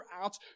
out